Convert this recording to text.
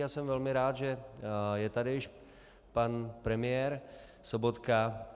A jsem velmi rád, že je tady již pan premiér Sobotka.